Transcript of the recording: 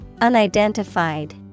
Unidentified